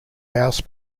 house